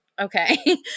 okay